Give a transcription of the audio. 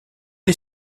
est